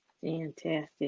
Fantastic